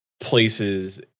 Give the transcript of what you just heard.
places